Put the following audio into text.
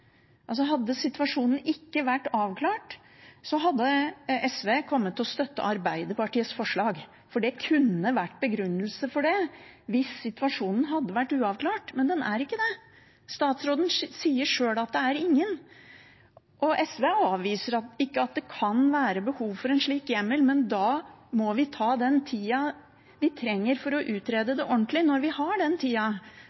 Hadde situasjonen ikke vært avklart, så hadde SV kommet til å støtte Arbeiderpartiets forslag, for det kunne vært begrunnelse for det hvis situasjonen hadde vært uavklart, men den er ikke det. Statsråden sier sjøl at det er «ingen», og SV avviser ikke at det kan være behov for en slik hjemmel. Men da må vi ta den tida vi trenger for å utrede